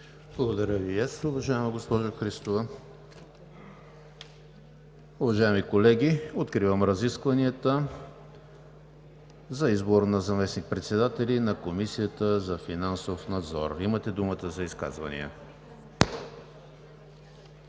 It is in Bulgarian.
Благодаря Ви и аз, уважаема госпожо Христова. Уважаеми колеги, откривам разискванията за избор на заместник-председатели на Комисията за финансов надзор. Имате думата за изказвания.